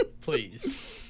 Please